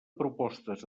propostes